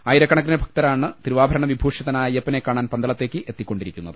ആയിരക്കണക്കിന് ഭക്തരാണ് തിരുവാഭരണ വിഭൂഷിതനായ അയ്യപ്പനെ കാണാൻ പന്തളത്തേക്ക് എത്തിക്കൊണ്ടിരിക്കുന്നത്